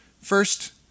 First